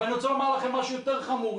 ואני רוצה לומר לכם משהו יותר חמור,